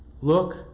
Look